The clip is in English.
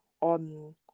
on